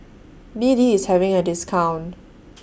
B D IS having A discount